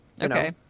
Okay